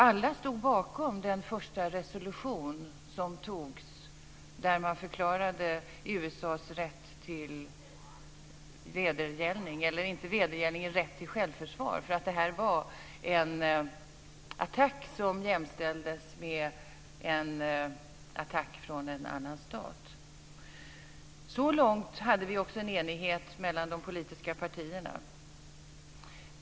Alla stod bakom den första resolution som antogs, där man förklarade USA:s rätt till självförsvar, eftersom detta var en attack som jämställdes med en attack från en annan stat. Så långt hade vi också en enighet mellan de politiska partierna.